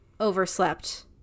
overslept